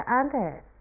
others